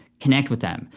connect with them.